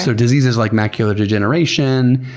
so diseases like macular degeneration.